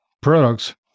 Products